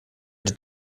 die